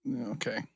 okay